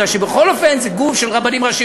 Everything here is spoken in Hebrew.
כי בכל אופן זה גוף של רבנים ראשיים,